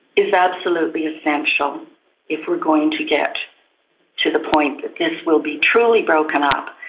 is absolutely essential if we're going to get to the point that this will be truly broken up,